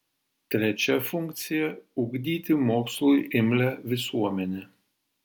trečia funkcija ugdyti mokslui imlią visuomenę